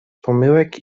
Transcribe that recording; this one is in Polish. pomyłek